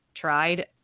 tried